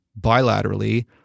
bilaterally